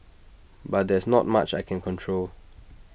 but there's not much I can control